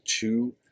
two